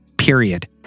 period